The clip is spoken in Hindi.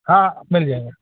हाँ मिल जाएगा